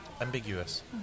ambiguous